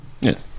Yes